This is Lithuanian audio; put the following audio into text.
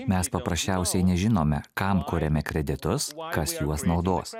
mes paprasčiausiai nežinome kam kuriame kreditus kas juos naudos